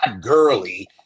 Gurley